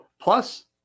Plus